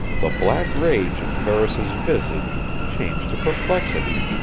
the black rage in ferris's visage changed to perplexity,